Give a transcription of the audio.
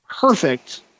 perfect